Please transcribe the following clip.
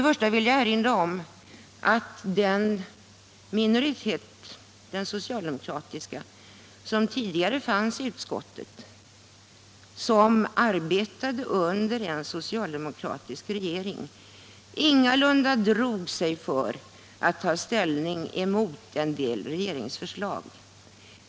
Jag vill erinra om att den nuvarande socialdemokratiska minoriteten i utskottet under den socialdemokratiska regeringen ingalunda drog sig för att ta ställning mot en del regeringsförslag.